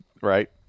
right